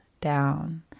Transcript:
down